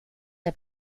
der